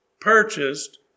purchased